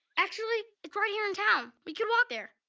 actually, it's right here in town. we could walk there.